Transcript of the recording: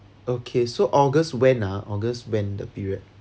okay so august when ah august when the period